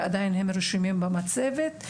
ועדיין הם רשומים במצבת.